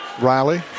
Riley